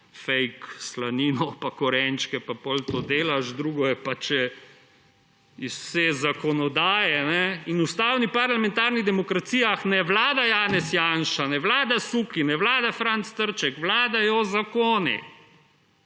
fake slanino in korenčke in potem to delaš, drugo je pa, če iz vse zakonodaje. V ustavnih parlamentarnih demokracijah ne vlada Janez Janša, ne vlada Suki, ne vlada Franc Trček, vladajo zakoni.